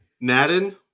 Madden